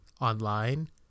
online